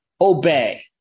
obey